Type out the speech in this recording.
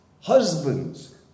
Husbands